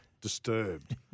disturbed